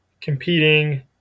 competing